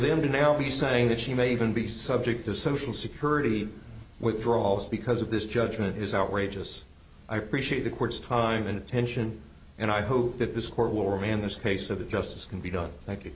them to now be saying that she may even be subject to social security withdrawals because of this judgment is outrageous i appreciate the court's time and attention and i hope that this court will remain in this case of the justice can be done